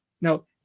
Now